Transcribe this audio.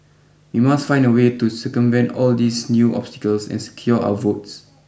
we must find a way to circumvent all these new obstacles and secure our votes